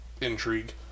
intrigue